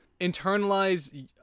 internalize